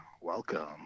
welcome